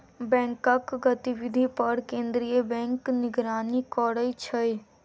बैंकक गतिविधि पर केंद्रीय बैंक निगरानी करै छै